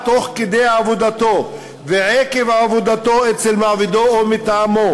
תוך כדי עבודתו ועקב עבודתו אצל מעבידו או מטעמו,